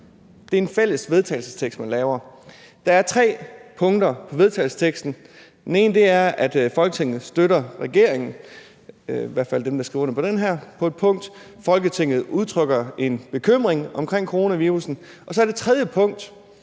Det er en fælles tekst, man har lavet. Der er tre punkter i forslaget til vedtagelse. Det ene er, at Folketinget støtter regeringen – i hvert fald dem, der skriver under på det her. Det andet er, at Folketinget udtrykker en bekymring omkring coronavirussen. Og det tredje punkt